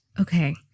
Okay